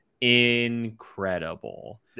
Incredible